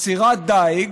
סירת דיג